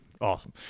awesome